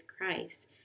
Christ